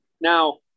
Now